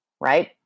right